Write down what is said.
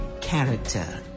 character